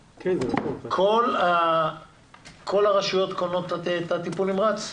כל הרשויות קונות את ניידות הטיפול הנמרץ?